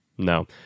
No